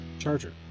charger